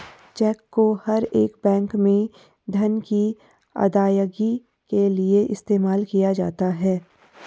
check को हर एक बैंक में धन की अदायगी के लिये इस्तेमाल किया जाता है